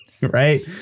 Right